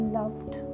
loved